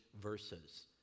verses